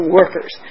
workers